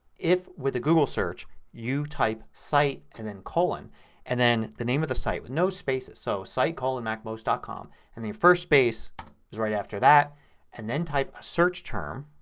if, with the goggle search, you type site and then colon and then the name of the site with no spaces. so, site macmost com and the first space is right after that and then type a search term